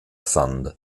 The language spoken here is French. sand